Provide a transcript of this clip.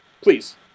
Please